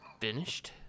finished